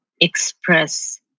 express